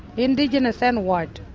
indigenous and white.